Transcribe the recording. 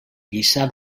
lliçà